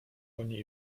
konie